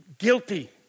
Guilty